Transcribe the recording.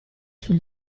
sul